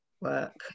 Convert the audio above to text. work